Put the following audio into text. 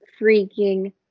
freaking